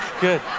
good